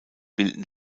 bilden